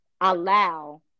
allow